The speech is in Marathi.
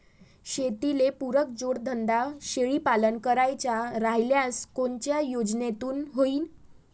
शेतीले पुरक जोडधंदा शेळीपालन करायचा राह्यल्यास कोनच्या योजनेतून होईन?